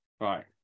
right